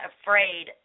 afraid